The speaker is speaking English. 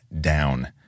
down